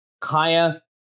Kaya